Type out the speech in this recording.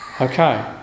Okay